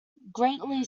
greatly